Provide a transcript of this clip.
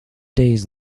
days